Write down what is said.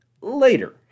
later